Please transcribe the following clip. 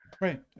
Right